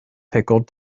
pickle